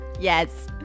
Yes